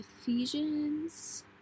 Ephesians